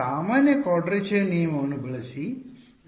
ಸಾಮಾನ್ಯ ಕ್ವಾಡ್ರೇಚರ್ ನಿಯಮವನ್ನು ಬಳಸಿ